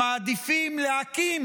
שמעדיפים להקים